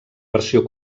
versió